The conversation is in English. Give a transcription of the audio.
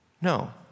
No